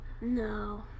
No